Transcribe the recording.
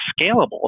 scalable